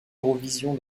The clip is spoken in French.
eurovision